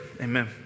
amen